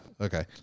Okay